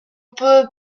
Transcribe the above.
peut